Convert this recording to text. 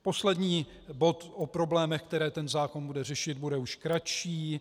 Poslední bod o problémech, které ten zákon bude řešit, bude už kratší.